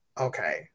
okay